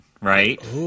right